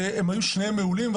והם היו שניהם מעולים,